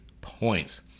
points